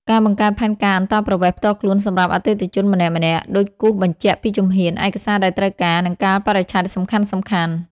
ការបង្កើតផែនការអន្តោប្រវេសន៍ផ្ទាល់ខ្លួនសម្រាប់អតិថិជនម្នាក់ៗ ដោយគូសបញ្ជាក់ពីជំហាន ឯកសារដែលត្រូវការ និងកាលបរិច្ឆេទសំខាន់ៗ។